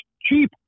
cheap